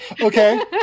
okay